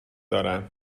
دارم